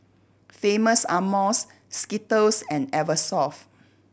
Famous Amos Skittles and Eversoft